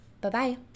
Bye-bye